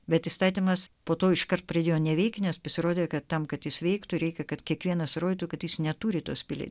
bet įstatymas po to iškart pradėjo neveikti nes pasirodė kad tam kad jis veiktų reikia kad kiekvienas rodytų kad jis neturi tos pilys